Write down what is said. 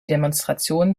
demonstrationen